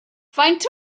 faint